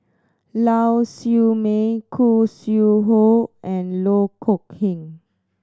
Lau Siew Mei Khoo Sui Hoe and Loh Kok Heng